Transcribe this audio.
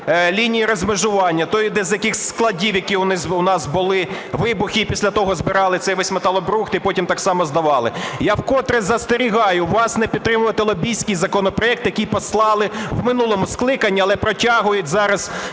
лінії розмежування, то, який іде з якихось складів, які у нас були вибухи і після того збирали цей весь металобрухт і потім так само здавали. Я в котре застерігаю вас не підтримувати лобістський законопроект, який послали в минулому скликанні, але протягують зараз